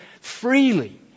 freely